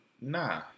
nah